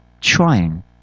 trying